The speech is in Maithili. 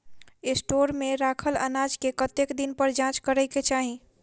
स्टोर मे रखल अनाज केँ कतेक दिन पर जाँच करै केँ चाहि?